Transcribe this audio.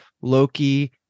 loki